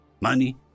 money